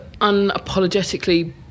unapologetically